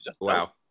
Wow